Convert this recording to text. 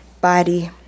body